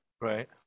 Right